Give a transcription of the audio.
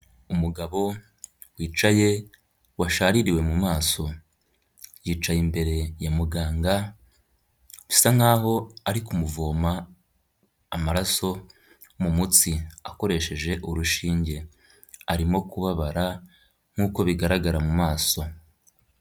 Umugabo wicaye washaririwe mu maso, yicaye imbere ya muganga bisa nk'aho ari kumuvoma amaraso mu mutsi akoresheje urushinge, arimo kubabara nk'uko bigaragara mu maso.